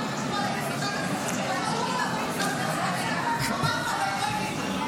אבל הם לא יבינו.